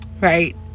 right